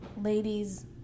ladies